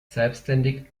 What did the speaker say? selbständig